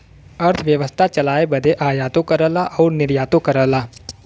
अरथबेवसथा चलाए बदे आयातो करला अउर निर्यातो करला